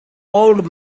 old